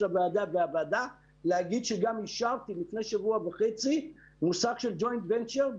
הוועדה והוועדה לומר שגם אישרתי לפני שבוע וחצי מושג של ג'וינט ונצ'ר,